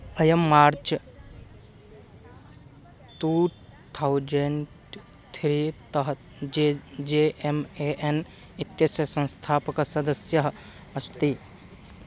अयं March two thousand three तः J J M A N इत्यस्य संस्थापकसदस्यः अस्ति